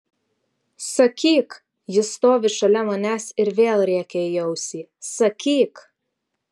sakyk ji stovi šalia manęs ir vėl rėkia į ausį sakyk